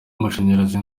amashanyarazi